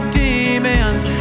demons